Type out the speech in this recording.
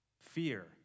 fear